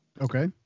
Okay